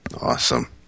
Awesome